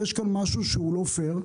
יש כאן משהו שהוא לא פייר.